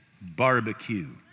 barbecue